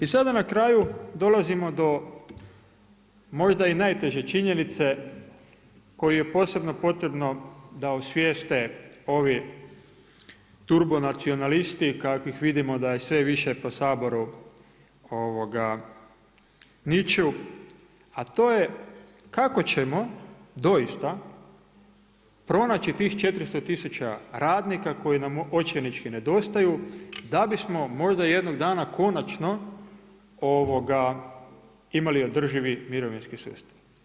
I sad na kraju, dolazimo do možda i najteže činjenice, koju je posebno potrebno, da osvijeste ovi turbonacionalisti, kakvih vidimo da je sve više po Saboru niču, a to je kako ćemo doista, pronaći tih 40000 radnika, koji nam očajnički nedostaju, da bismo jednog dana konačno imali održivi mirovinski sustav?